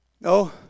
No